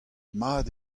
mat